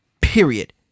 Period